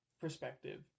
perspective